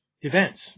events